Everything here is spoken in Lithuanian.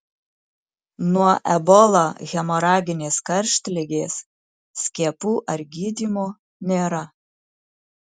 nuo ebola hemoraginės karštligės skiepų ar gydymo nėra